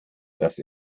dass